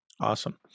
Awesome